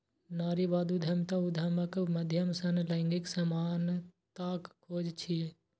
नारीवादी उद्यमिता उद्यमक माध्यम सं लैंगिक समानताक खोज छियै